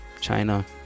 China